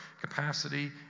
capacity